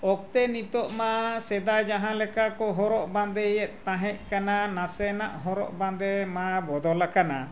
ᱚᱠᱛᱚ ᱱᱤᱛᱳᱜ ᱢᱟ ᱥᱮᱫᱟᱭ ᱡᱟᱦᱟᱸ ᱞᱮᱠᱟ ᱠᱚ ᱦᱚᱨᱚᱜ ᱵᱟᱸᱫᱮᱭᱮᱫ ᱛᱟᱦᱮᱸᱫ ᱠᱟᱱᱟ ᱱᱟᱥᱮᱱᱟᱜ ᱦᱚᱨᱚᱜ ᱵᱟᱸᱫᱮ ᱢᱟ ᱵᱚᱫᱚᱞ ᱟᱠᱟᱱᱟ